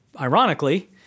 ironically